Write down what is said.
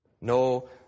No